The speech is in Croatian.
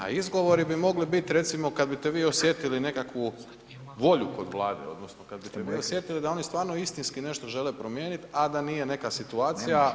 A izgovori bi mogli biti recimo kada bite vi osjetili nekakvu volju kod Vlade odnosno kada bite vi osjetili da oni stvarno istinski nešto žele promijeniti, a da nije neka situacija.